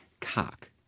cock